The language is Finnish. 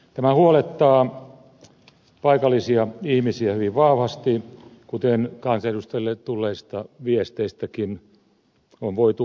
tämä huolettaa paikallisia ihmisiä hyvin vahvasti kuten kansanedustajille tulleista viesteistäkin on voitu havaita